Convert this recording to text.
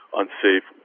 unsafe